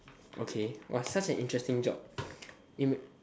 okay !wah! such an interesting job ima~